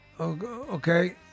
Okay